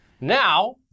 Now